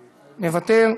מוותר,